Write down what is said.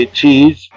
cheese